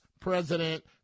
President